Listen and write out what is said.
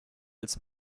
als